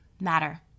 matter